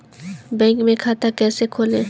Bank में खाता कैसे खोलें?